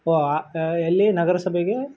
ಓಹ್ ಆ ಎಲ್ಲಿ ನಗರಸಭೆಗೆ